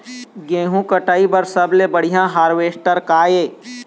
गेहूं कटाई बर सबले बढ़िया हारवेस्टर का ये?